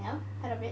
you know heard of it